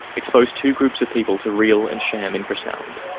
exposed two groups of people to real and sham infrasound.